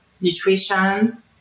nutrition